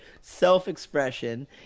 self-expression